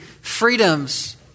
freedoms